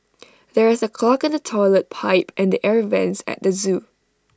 there is A clog in the Toilet Pipe and the air Vents at the Zoo